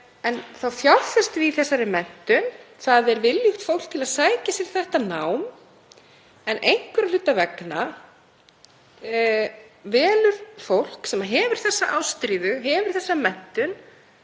— við fjárfestum í þessari menntun, það er viljugt fólk sem sækir sér þetta nám en einhverra hluta vegna velur fólk sem hefur þessa ástríðu, hefur þessa menntun,